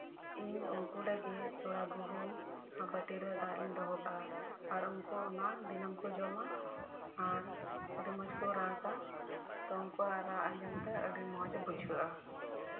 ᱤᱧ ᱩᱱᱠᱩ ᱞᱟᱹᱜᱤᱫ ᱛᱷᱚᱲᱟ ᱜᱩᱦᱩᱢ ᱟᱨ ᱵᱟᱴᱤ ᱨᱮ ᱫᱟᱜ ᱤᱧ ᱫᱚᱦᱚ ᱠᱟᱜᱼᱟ ᱟᱨ ᱩᱱᱠᱩ ᱚᱱᱟ ᱫᱤᱱᱟᱹᱢ ᱠᱚ ᱡᱚᱢᱟ ᱟᱨ ᱟᱹᱰᱤ ᱢᱚᱸᱡ ᱠᱚ ᱨᱟᱜᱟ ᱛᱚ ᱩᱱᱠᱩᱣᱟᱜ ᱨᱟᱜ ᱟᱸᱡᱚᱢ ᱛᱮ ᱟᱹᱰᱤ ᱢᱚᱸᱡ ᱵᱩᱡᱷᱟᱹᱜᱼᱟ